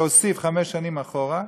שהוסיף חמש שנים אחורה,